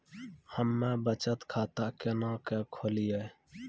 हम्मे बचत खाता केना के खोलियै?